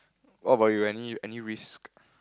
what about you any any risk